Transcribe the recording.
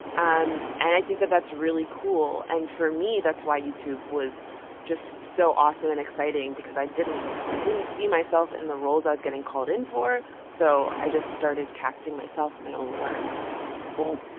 um and i think that that's really cool. and for me, that's why youtube was just so awesome and exciting because i didn't i didn't see myself in the roles i was getting called in for. so i just started casting myself in my own work boom.